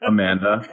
Amanda